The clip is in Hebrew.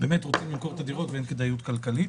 כשבאמת רוצים למכור את הדירות ואין כדאיות כלכלית,